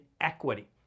equity